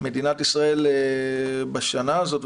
בשנה הזאת,